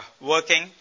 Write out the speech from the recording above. working